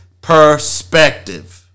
perspective